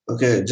Okay